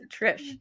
Trish